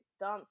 Dance